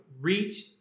reach